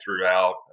throughout